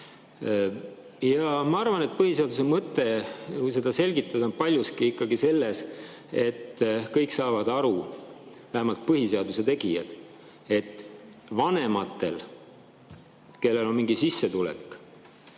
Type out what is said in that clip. Ma arvan, et põhiseaduse mõte, kui seda selgitada, on paljuski ikkagi selles, et – kõik saavad sellest aru, vähemalt põhiseaduse tegijad – vanematel, kellel on mingi sissetulek,